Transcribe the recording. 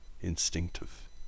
instinctive